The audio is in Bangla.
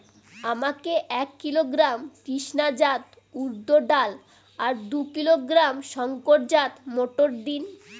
আমাকে এক কিলোগ্রাম কৃষ্ণা জাত উর্দ ডাল আর দু কিলোগ্রাম শঙ্কর জাত মোটর দিন?